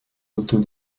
autour